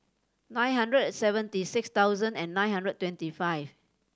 nine hundred and seventy six thousand nine hundred twenty five